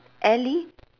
ellie